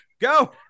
go